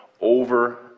over